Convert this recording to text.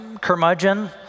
curmudgeon